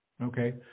Okay